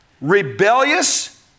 rebellious